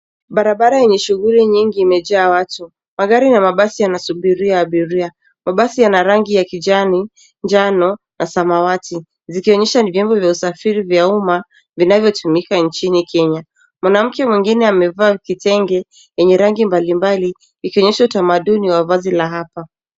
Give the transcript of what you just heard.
Barabara yenye shughuli nyingi imejaa watu. Magari na mabasi yanasubiria abiria. Mabasi yana rangi ya kijani, njano na samawati zikionyesha ni vyombo vya usafiri vya umma vinavyotumika nchini Kenya. Mwanamke mwingine amevaa kitenge ya rangi mbalimbali ikionyesha kitamaduni wa vazi la hapa.